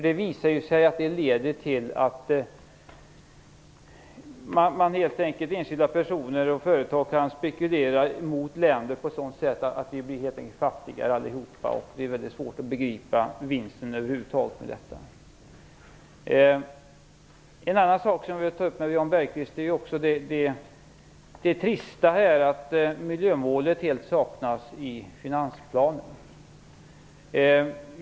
Det visar sig att det leder till att enskilda personer och företag kan spekulera mot länder på ett sådant sätt att vi blir fattigare allihop. Det är väldigt svårt att begripa vinsten med detta. En annan sak som jag vill ta upp med Jan Bergqvist är det trista att miljömålet helt saknas i finansplanen.